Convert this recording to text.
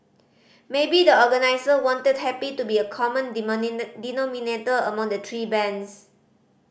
maybe the organiser wanted happy to be a common denominator among the three bands